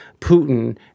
Putin